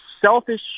selfish